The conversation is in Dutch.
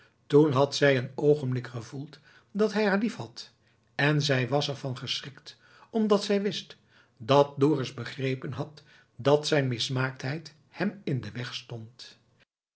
toen had zij een oogenblik gevoeld dat hij haar liefhad en zij was er van geschrikt omdat zij wist dat dorus begrepen had dat zijn mismaaktheid hem in den weg stond